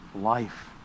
life